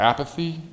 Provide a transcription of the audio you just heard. Apathy